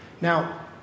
Now